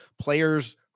players